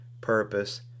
purpose